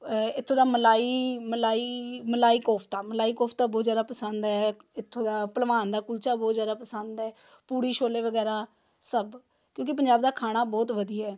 ਇਥੋਂ ਦਾ ਮਲਾਈ ਮਲਾਈ ਮਲਾਈ ਕੋਫ਼ਤਾ ਮਲਾਈ ਕੋਫ਼ਤਾ ਬਹੁਤ ਜ਼ਿਆਦਾ ਪਸੰਦ ਹੈ ਇਥੋਂ ਦਾ ਭਲਵਾਨ ਦਾ ਕੁਲਚਾ ਬਹੁਤ ਜ਼ਿਆਦਾ ਪਸੰਦ ਹੈ ਪੂਰੀ ਛੋਲੇ ਵਗੈਰਾ ਸਭ ਕਿਉਂਕਿ ਪੰਜਾਬ ਦਾ ਖਾਣਾ ਬਹੁਤ ਵਧੀਆ ਹੈ